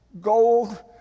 gold